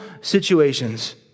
situations